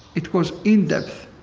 it was in depth,